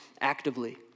actively